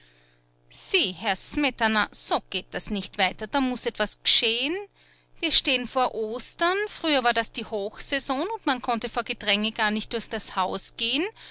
sie herr smetana so geht das nicht weiter da muß etwas geschehen wir stehen vor ostern früher war das die hochsaison und man konnte vor gedränge gar nicht durch das haus gehen